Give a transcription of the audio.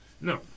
No